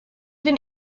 than